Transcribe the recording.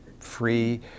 free